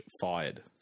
fired